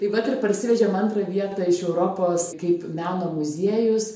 tai vat ir parsivežėm antrą vietą iš europos kaip meno muziejus